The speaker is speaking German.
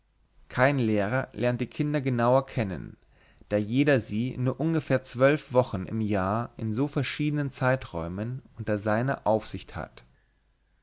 kein lehrer lernt die kinder genauer kennen da jeder sie nur ungefähr zwölf wochen im jahre in so verschiedenen zeiträumen unter seiner aufsicht hat